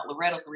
Loretta